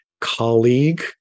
colleague